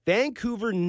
Vancouver